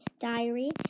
diary